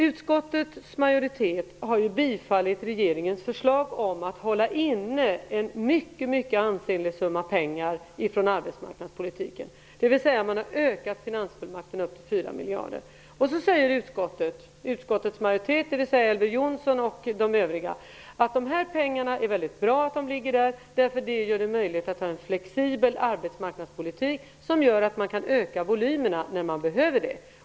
Utskottets majoritet har ju tillstyrkt regeringens förslag angående arbetsmarknadspolitiken, att hålla inne en mycket ansenlig summa pengar, dvs. att man har ökat finansfullmakten till 4 miljarder. Elver Jonsson och övriga i utskottets majoritet säger att det är bra att pengarna ligger där, därför att det gör det möjligt att ha en flexibel arbetsmarknadspolitik som gör att man kan öka volymerna när man behöver det.